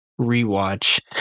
rewatch